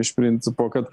iš principo kad